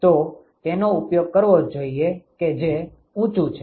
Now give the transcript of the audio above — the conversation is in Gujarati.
તો તેનો ઉપયોગ કરવો જોઈએ કે જે ઊચુ છે